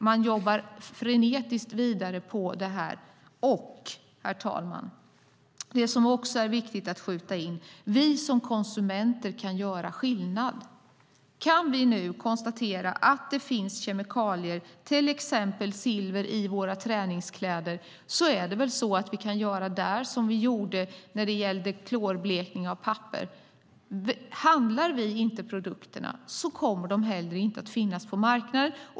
Man jobbar frenetiskt vidare på det här. Herr talman! Viktigt att skjuta in är också att vi som konsumenter kan göra skillnad. Kan vi nu konstatera att det finns kemikalier, till exempel silver i våra träningskläder, kan vi väl göra där som vi gjorde när det gällde klorblekning av papper. Köper vi inte produkterna kommer de inte att finnas på marknaden.